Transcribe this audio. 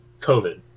COVID